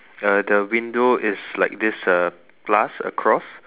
uh the window is like this uh plus across